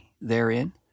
therein